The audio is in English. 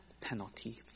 penalty